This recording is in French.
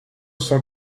cent